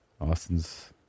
Austin's